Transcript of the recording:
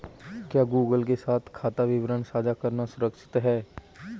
क्या गूगल के साथ खाता विवरण साझा करना सुरक्षित है?